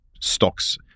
stocks